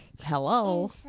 Hello